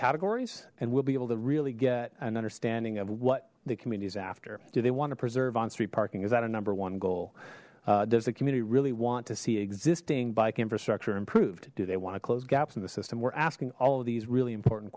categories and we'll be able to really get an understanding of what the communities after do they want to preserve on street parking is that a number one goal does the community really want to see existing bike infrastructure improved do they want to close gaps in the system we're asking all of these really important